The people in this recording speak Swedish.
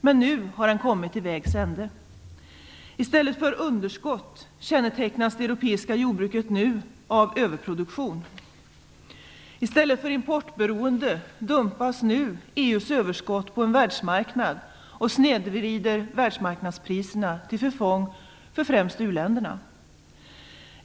Men nu har den kommit till vägs ände. I stället för underskott kännetecknas det europeiska jordbruket nu av överproduktion. I stället för importberoende dumpas nu EU:s överskott på världsmarknaden och snedvrider världsmarknadspriserna till förfång för främst u-länderna.